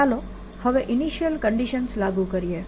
ICe RL tER ચાલો હવે initial conditions લાગુ કરીએ